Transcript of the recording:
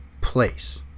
place